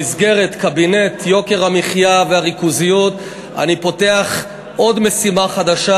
במסגרת קבינט יוקר המחיה והריכוזיות אני פותח עוד משימה חדשה,